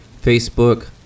Facebook